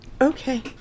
Okay